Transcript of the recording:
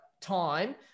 time